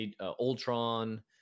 Ultron